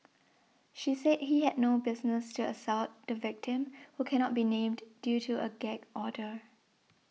she said he had no business to assault the victim who cannot be named due to a gag order